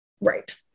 Right